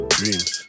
dreams